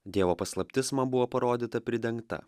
dievo paslaptis man buvo parodyta pridengta